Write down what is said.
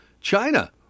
China